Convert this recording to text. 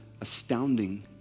astounding